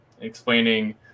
explaining